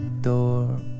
door